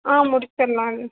ஆ முடிச்சுடலாம்